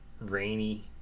rainy